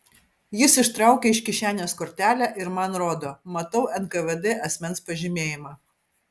jis ištraukė iš kišenės kortelę ir man rodo matau nkvd asmens pažymėjimą